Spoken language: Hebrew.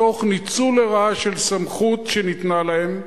מתוך ניצול לרעה של סמכות שניתנה להם,